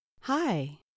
Hi